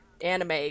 anime